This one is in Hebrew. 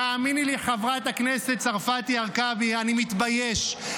תאמיני לי, חברת הכנסת צרפתי הרכבי, אני מתבייש.